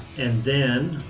and then